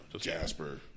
Jasper